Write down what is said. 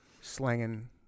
slanging